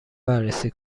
بررسی